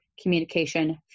communication